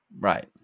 right